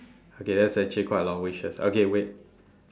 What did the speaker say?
okay that's actually quite long wishes okay wait